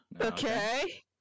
okay